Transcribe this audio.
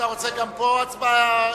אתה רוצה גם פה הצבעה אישית?